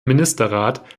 ministerrat